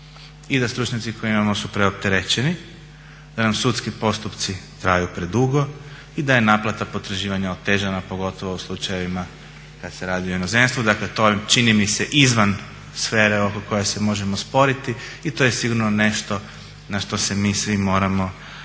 i da stručnjaci koje imamo su preopterećeni, da nam sudski postupci traju predugo i da je naplata potraživanja otežana pogotovo u slučajevima kad se radi o inozemstvu. Dakle, to je čini mi se izvan sfere oko koje se možemo sporiti i to je sigurno nešto na što se mi svi moramo posebno